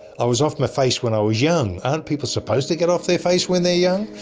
i was off my face when i was young, aren't people supposed to get off their face when their young?